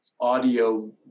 audio